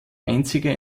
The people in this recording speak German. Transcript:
einzige